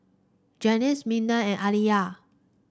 Gaines Mignon and Aliyah